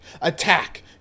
Attack